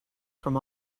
from